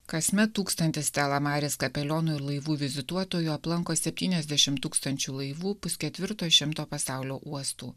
kasmet tūkstantis stella maris kapeliono ir laivų vizituotoju aplanko septyniasdešim tūkstančių laivų pusketvirto šimto pasaulio uostų